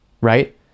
right